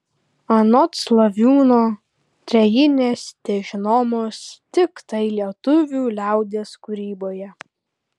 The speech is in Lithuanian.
anot slaviūno trejinės težinomos tiktai lietuvių liaudies kūryboje